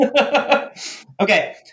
Okay